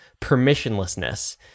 permissionlessness